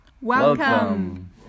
Welcome